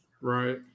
Right